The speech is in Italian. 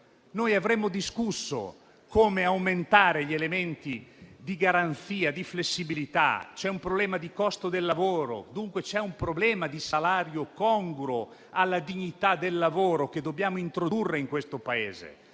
E avremmo discusso su come aumentare gli elementi di garanzia e di flessibilità. C'è un problema di costo del lavoro e, dunque, c'è un problema di salario congruo alla dignità del lavoro che dobbiamo introdurre in questo Paese,